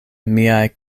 miaj